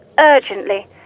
urgently